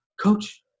Coach